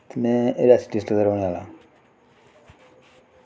ते में रियासी डिस्ट्रिक दा रौह्ने आह्ला